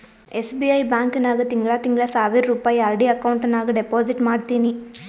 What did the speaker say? SBI bank ನಾಗ್ ತಿಂಗಳಾ ತಿಂಗಳಾ ಸಾವಿರ್ ರುಪಾಯಿ ಆರ್.ಡಿ ಅಕೌಂಟ್ ನಾಗ್ ಡೆಪೋಸಿಟ್ ಮಾಡ್ತೀನಿ